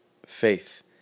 faith